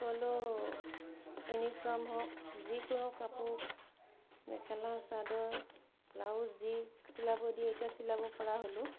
সকলো ইউনিফ্ৰম হওক যিকোনো কাপোৰ মেখেলা চাদৰ ব্লাউজ জিনচ চিলাব দিয়ে এতিয়া চিলাব পৰা হ'লো